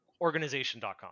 organization.com